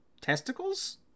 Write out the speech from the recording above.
testicles